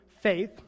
faith